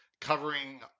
covering